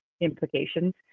implications